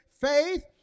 faith